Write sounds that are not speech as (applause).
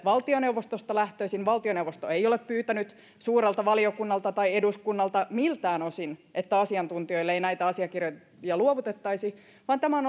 valtioneuvostosta lähtöisin valtioneuvosto ei ole pyytänyt suurelta valiokunnalta tai eduskunnalta miltään osin että asiantuntijoille ei näitä asiakirjoja luovutettaisi vaan tämä on (unintelligible)